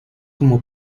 como